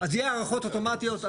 יהיו הארכות אוטומטיות.